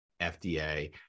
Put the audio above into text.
FDA